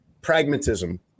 pragmatism